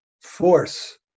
force